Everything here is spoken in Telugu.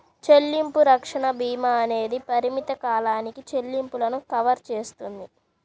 చెల్లింపు రక్షణ భీమా అనేది పరిమిత కాలానికి చెల్లింపులను కవర్ చేస్తుంది